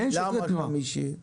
למה דווקא חמישי?